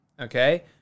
okay